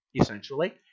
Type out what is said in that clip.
essentially